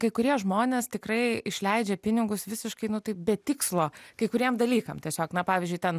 kai kurie žmonės tikrai išleidžia pinigus visiškai nu taip be tikslo kai kuriem dalykam tiesiog na pavyzdžiui ten